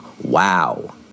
wow